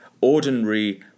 ordinary